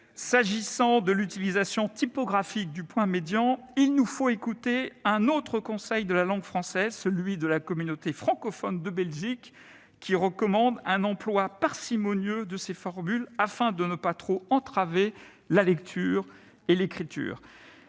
S'agissant de l'utilisation typographique du point médian, il nous faut écouter un autre Conseil de la langue française, celui de la communauté francophone de Belgique, qui recommande un « emploi parcimonieux de ces formules » afin de ne pas trop entraver la lecture et l'écriture.